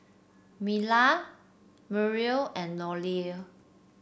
Mila Muriel and Nolie